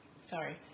Sorry